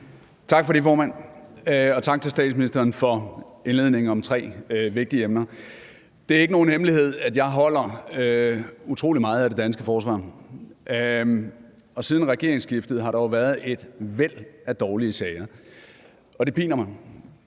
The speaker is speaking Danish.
Tak for det, formand, og tak til statsministeren for indledningen om tre vigtige emner. Det er ikke nogen hemmelighed, at jeg holder utrolig meget af det danske forsvar, og siden regeringsskiftet har der jo været et væld af dårlige sager, og det piner mig.